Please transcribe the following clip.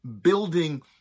building